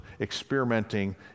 experimenting